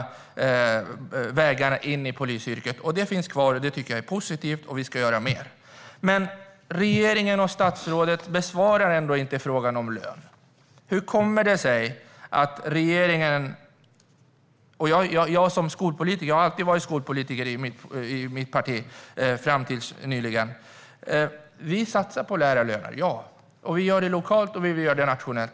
Det är positivt att den finns kvar, och vi ska göra mer. Men regeringen och statsrådet besvarar ändå inte frågan om lön. Jag har alltid varit skolpolitiker i mitt parti, fram till nyligen. Vi satsar på lärarlöner. Det gör vi lokalt, och vi vill göra det nationellt.